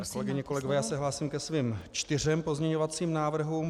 Kolegyně, kolegové, já se hlásím ke svým čtyřem pozměňovacím návrhům.